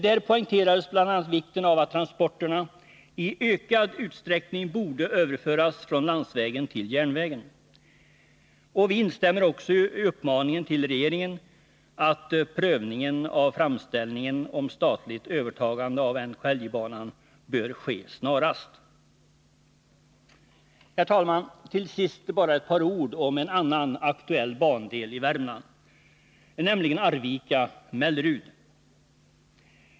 Där poängterades bl.a. vikten av att transporterna i ökad utsträckning borde överföras från landsvägen till järnvägen. Vi instämmer också i uppmaningen till regeringen att prövningen av framställningen om statligt övertagande av NKLJ-banan bör ske snarast. Herr talman! Till sist vill jag säga bara ett par ord om en annan aktuell bandel i Värmland, nämligen Arvika-Mellerud.